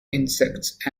insects